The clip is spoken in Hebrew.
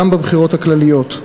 גם בבחירות הכלליות.